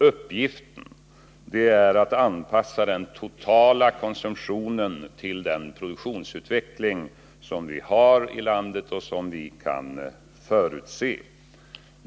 Uppgiften är att anpassa den totala konsumtionen till den produktionsutveckling som vi har i landet och som vi kan förutse.